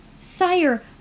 Sire